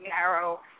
narrow